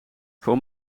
voor